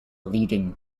leading